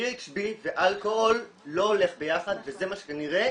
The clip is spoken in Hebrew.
GHB ואלכוהול לא הולכים ביחד וזה מה שכנראה